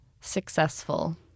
Successful